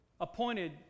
appointed